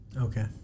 Okay